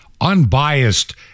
unbiased